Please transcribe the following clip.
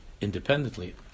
independently